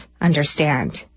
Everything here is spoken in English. understand